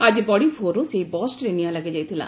ଆଜି ବଡିଭୋରୁ ସେହି ବସ୍ଟିରେ ନିଆଁ ଲାଗିଯାଇଥିଲା